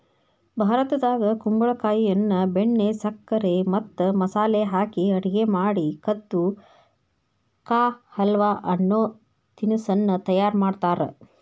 ಭಾರತದಾಗ ಕುಂಬಳಕಾಯಿಯನ್ನ ಬೆಣ್ಣೆ, ಸಕ್ಕರೆ ಮತ್ತ ಮಸಾಲೆ ಹಾಕಿ ಅಡುಗೆ ಮಾಡಿ ಕದ್ದು ಕಾ ಹಲ್ವ ಅನ್ನೋ ತಿನಸ್ಸನ್ನ ತಯಾರ್ ಮಾಡ್ತಾರ